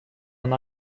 она